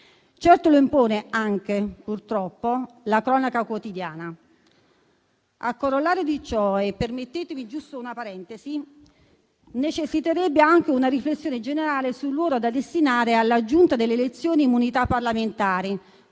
Certo lo impone anche, purtroppo, la cronaca quotidiana. A corollario di ciò - permettetemi giusto una parentesi - sarebbe necessaria anche una riflessione generale sul ruolo da destinare alla Giunta delle elezioni e delle immunità parlamentari